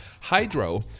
Hydro